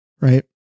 right